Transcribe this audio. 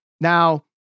Now